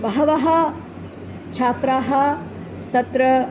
बहवः छात्राः तत्र